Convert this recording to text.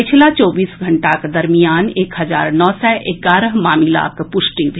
पछिला चौबीस घंटाक दरमियान एक हजार नौ सय एगारह मामिलाक पुष्टि भेल